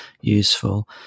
useful